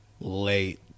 late